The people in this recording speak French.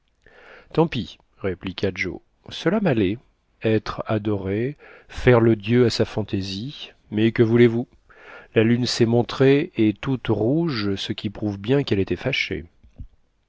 tant pis répliqua joe cela m'allait être adoré faire le dieu à sa fantaisie mais que voulez-vous la lune s'est montrée et toute rouge ce qui prouve bien qu'elle était fâchée